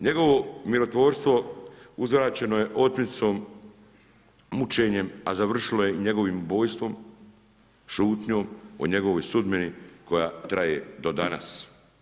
Njegovo mirotvorstvo uzvraćeno je otmicom, mučenjem a završilo je njegovim ubojstvom, šutnjom o njegovoj sudbini koja traje do danas.